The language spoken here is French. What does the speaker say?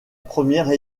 première